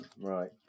Right